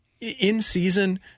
in-season